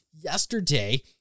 yesterday